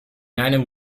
einem